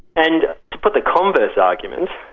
and to put the converse argument,